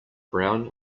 brown